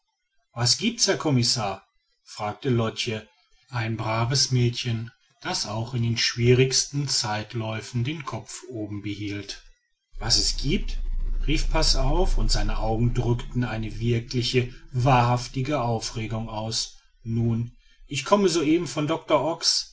was giebt's herr commissar fragte lotch ein braves mädchen das auch in den schwierigsten zeitläuften den kopf oben behielt was es giebt rief passauf und seine augen drückten eine wirkliche wahrhaftige aufregung aus nun ich komme soeben vom doctor ox